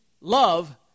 love